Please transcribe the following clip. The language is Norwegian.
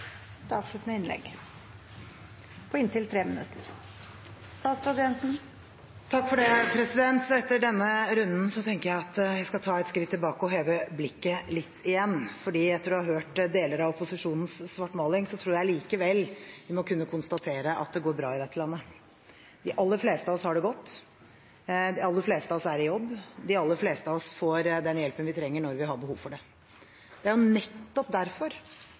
avsluttende innlegg. Etter denne runden tenker jeg at vi skal ta et skritt tilbake og heve blikket litt igjen, for selv etter å ha hørt deler av opposisjonens svartmaling tror jeg vi må kunne konstatere at det går bra i dette landet. De aller fleste av oss har det godt, de aller fleste av oss er i jobb, de aller fleste av oss får den hjelpen vi trenger, når vi har behov for den. Det er nettopp derfor